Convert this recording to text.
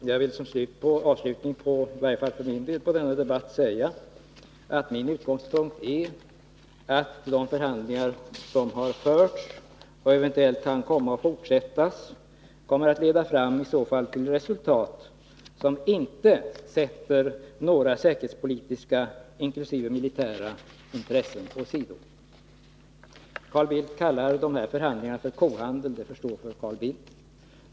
Herr talman! Jag vill som avslutning på denna debatt — i varje fall för min Onsdagen den del — säga att min utgångspunkt är att de förhandlingar som har förts och 17 februari 1982 eventuellt kan komma att fortsättas kommer att leda fram till resultat som inte sätter några säkerhetspolitiska, inkl. militära, intressen åsido. Om Sveriges sä Carl Bildt kallar de här förhandlingarna för kohandel. Det får stå för Carl kerhetsintressen Bildt.